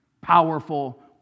Powerful